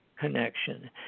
connection